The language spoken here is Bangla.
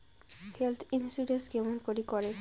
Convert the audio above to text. হেল্থ ইন্সুরেন্স কেমন করি করে?